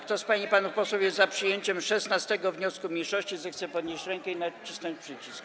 Kto z pań i panów posłów jest za przyjęciem 16. wniosku mniejszości, zechce podnieść rękę i nacisnąć przycisk.